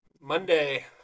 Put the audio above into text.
Monday